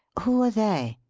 who are they?